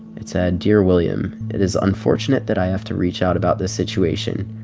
it said, dear william, it is unfortunate that i have to reach out about this situation.